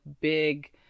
big